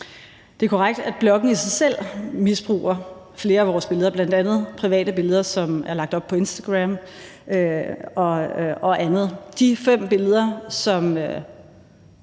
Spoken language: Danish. Det er korrekt, at bloggen i sig selv misbruger flere af vores billeder, bl.a. private billeder, som er lagt op på Instagram og andet. De fem billeder, som